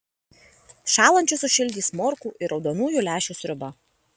šąlančius sušildys morkų ir raudonųjų lęšių sriuba